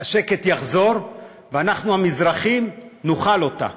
השקט יחזור, ואנחנו המזרחים נאכל אותה.